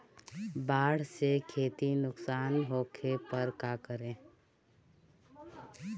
बाढ़ से खेती नुकसान होखे पर का करे?